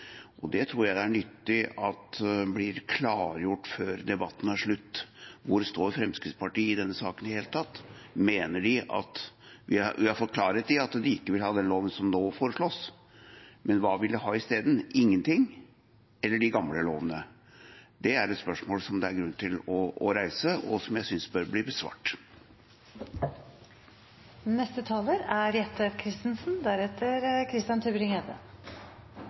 tror det er nyttig at det blir klargjort før debatten er slutt. Hvor står i det hele tatt Fremskrittspartiet i denne saken? Vi har fått klarhet i at de ikke vil ha den loven som nå foreslås, men hva vil de ha i stedet? Ingenting, eller de gamle lovene? Det er et spørsmål det er grunn til å reise, og som jeg synes bør bli besvart. Jeg tar ordet for å oppklare noe jeg sa i stad, som var feil. Det er